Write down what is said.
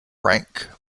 rank